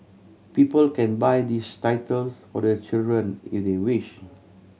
people can buy these titles for their children if they wish